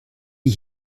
die